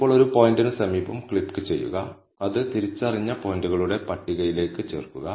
ഇപ്പോൾ ഒരു പോയിന്റിന് സമീപം ക്ലിക്ക് ചെയ്യുക അത് തിരിച്ചറിഞ്ഞ പോയിന്റുകളുടെ പട്ടികയിലേക്ക് ചേർക്കുക